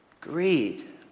Greed